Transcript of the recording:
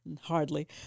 hardly